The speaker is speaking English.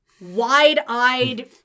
wide-eyed